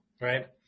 right